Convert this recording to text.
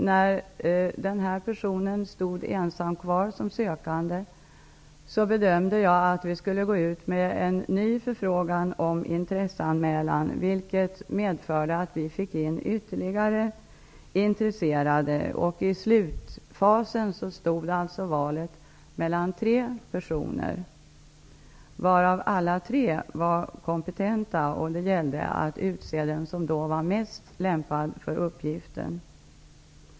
När personen i fråga stod ensam kvar som sökande, bedömde jag att det skulle gå ut en ny förfrågan om intresseanmälan, vilket medförde att ytterligare intresserade anmälde sig. I slutfasen stod valet mellan tre personer. Alla tre var kompetenta, och det gällde då att utse den som var bäst lämpad för uppgiften.